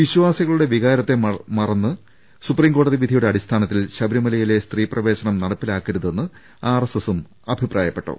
വിശ്വാസികളുടെ വികാരത്തെ മറന്ന് സുപ്രീം കോടതി വിധിയുടെ അടിസ്ഥാനത്തിൽ ശബരിമലയിലെ സ്ത്രീ പ്രവേശനം നടപ്പിലാക്കരുതെന്ന് ആർഎസ്എസ് അഭിപ്രായപ്പെട്ടു